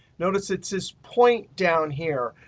notice, it's this point down here,